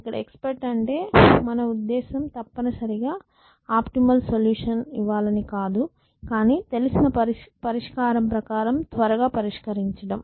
ఇక్కడ ఎక్స్పర్ట్ అంటే మన ఉద్దేశ్యం తప్పనిసరిగా ఆప్టిమల్ సొల్యూషన్ ఇవ్వాలని కాదు కానీ తెలిసిన పరిష్కారం ప్రకారం త్వరగా పరిష్కరించడం